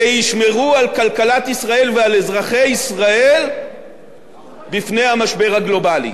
שישמרו על כלכלת ישראל ועל אזרחי ישראל מפני המשבר הגלובלי.